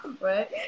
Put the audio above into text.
Right